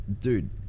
dude